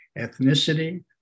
ethnicity